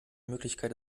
möglichkeit